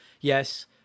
yes